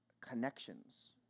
connections